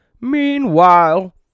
meanwhile